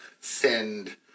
send